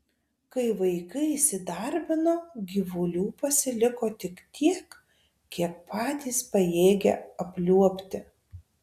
kai vaikai įsidarbino gyvulių pasiliko tik tiek kiek patys pajėgia apliuobti